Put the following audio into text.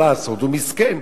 מה לעשות, הוא מסכן.